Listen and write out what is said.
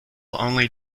only